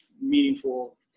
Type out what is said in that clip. Meaningful